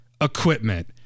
Equipment